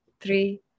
three